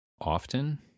often